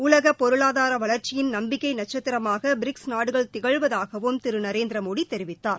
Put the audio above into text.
உலக பொருளாதார வளர்ச்சியின் நம்பிக்கை நட்சத்திரமாக பிரிக்ஸ் நாடுகள் திகழ்வதாகவும் திரு நரேந்திரமோடி தெரிவித்தார்